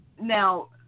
Now